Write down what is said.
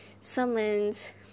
summons